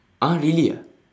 ah really ah